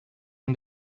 and